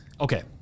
Okay